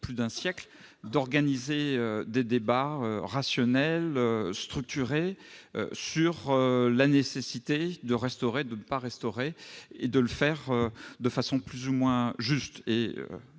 plus d'un siècle d'organiser des débats rationnels et structurés sur la nécessité de restaurer ou de ne pas restaurer et de le faire de façon plus ou moins fidèle.